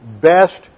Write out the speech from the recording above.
best